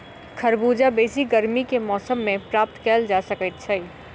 खरबूजा बेसी गर्मी के मौसम मे प्राप्त कयल जा सकैत छै